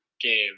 game